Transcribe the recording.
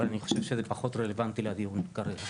אבל אני חושב שזה פחות רלוונטי לדיון כרגע.